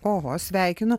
oho sveikinu